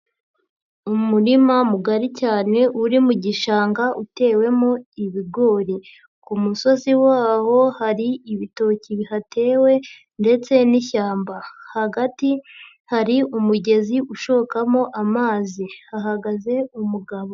Umurima mugari cyane uri mu gishanga utewemo ibigori, ku musozi waho hari ibitoki bihatewe ndetse n'ishyamba, hagati hari umugezi ushokamo amazi, hahagaze umugabo.